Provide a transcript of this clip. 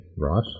Right